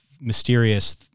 mysterious